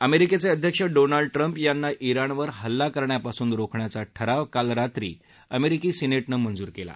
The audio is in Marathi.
अमेरिकेचे अध्यक्ष डोनाल्ड ट्रम्प यांना जिणवर हल्ला करण्यापासून रोखण्याचा ठराव काल रात्री अमेरिकी सिनेटनं मंजूर केला